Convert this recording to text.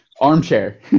armchair